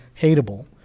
hateable